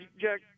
Jack